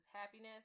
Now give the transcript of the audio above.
happiness